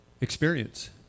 experience